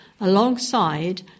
alongside